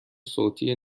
صوتی